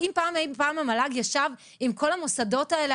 האם פעם אי פעם המל"ג ישב עם כל המוסדות האלה,